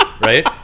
right